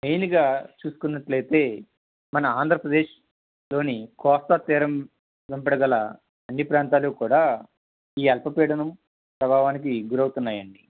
మెయిన్గా చూసుకున్నట్లైతే మన ఆంధ్రప్రదేశ్ లోని కోస్త తీరం వెంబడి గల అన్ని ప్రాంతాలు కూడా ఈ అల్పపీడనం ప్రభావానికి గురి అవుతున్నాయండి